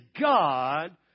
God